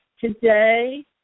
today